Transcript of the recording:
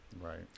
right